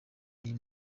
iyi